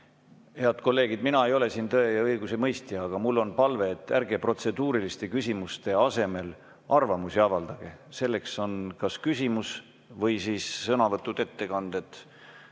Head kolleegid! Mina ei ole siin tõe ja õiguse mõistja. Aga mul on palve: ärge protseduuriliste küsimuste asemel avaldage arvamusi. Selleks on kas küsimus, sõnavõtud, ettekanded